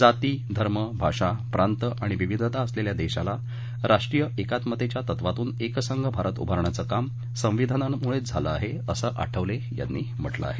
जाती धर्म भाषा प्रांत आणि विविधता असलेल्या देशाला राष्ट्रीय कात्मतेच्या तत्वातून किसंघ भारत उभारण्याचं काम संविधानामुळेच झालं आहे असं आठवले यांनी म्हटलं आहे